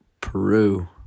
Peru